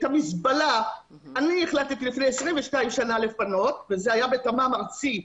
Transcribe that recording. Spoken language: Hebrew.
את המזבלה אני החלטתי לפני 22 שנים לפנות וזה היה בתמ"מ ארצי.